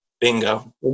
Bingo